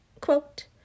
quote